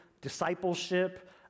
discipleship